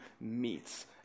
meets